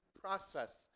process